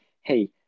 hey